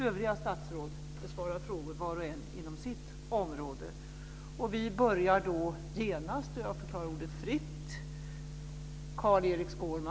Övriga statsråd besvarar frågor var och en inom sitt område.